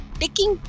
taking